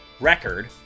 record